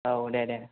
औ दे दे